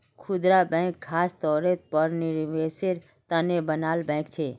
खुदरा बैंक ख़ास तौरेर पर निवेसेर तने बनाल बैंक छे